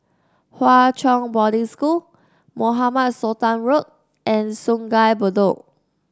Hwa Chong Boarding School Mohamed Sultan Road and Sungei Bedok